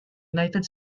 united